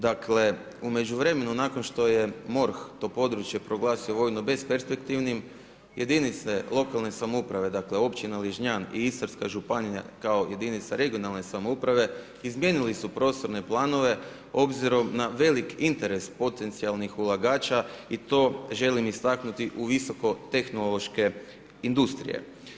Dakle, u međuvremenu nakon što je MORH to područje proglasio vojno besperspektivnim jedinice lokalne samouprave, dakle, općina Ližnjan i Istarska županija, kao jedinica regionalne samouprave, izmijenili su poslovne planove, obzirom na velik interes potencijalnih ulagača i to želim istaknuti u visoke tehnološke industrije.